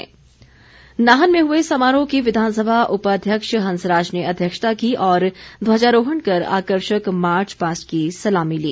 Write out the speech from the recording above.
नाहन समारोह नाहन में हुए समारोह की विधानसभा उपाध्यक्ष हंसराज ने अध्यक्षता की और ध्वजारोहण कर आकर्षक मार्चपास्ट की सलामी ली